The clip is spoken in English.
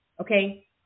Okay